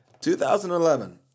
2011